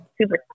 super